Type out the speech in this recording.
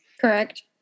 Correct